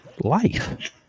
life